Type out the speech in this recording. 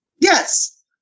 Yes